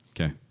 Okay